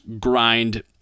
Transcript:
grind